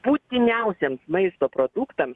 būtiniausiems maisto produktams